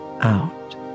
out